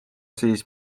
siis